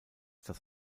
das